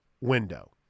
window